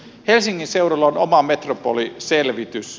helsingin seudulla on oma metropoliselvitys